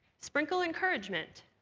sprinkle encouragement.